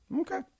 Okay